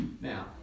Now